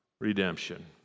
redemption